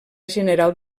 general